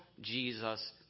Jesus